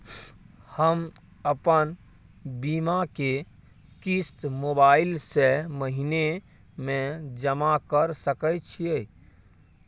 हम अपन बीमा के किस्त मोबाईल से महीने में जमा कर सके छिए?